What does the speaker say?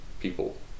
people